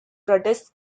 protests